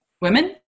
Women